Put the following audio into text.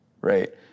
right